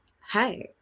hi